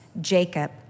Jacob